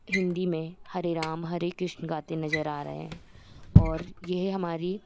हिन्दी में हरे राम हरे कृष्ण गाते नज़र आ रहे हैं और यह हमारी